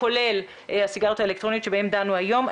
כולל הסיגריות האלקטרוניות שבהם דנו היום.